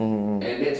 mm mm mm